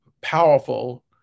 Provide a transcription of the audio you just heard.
powerful